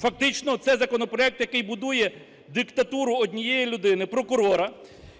Фактично цей законопроект, який будує диктатуру однієї людини – прокурора.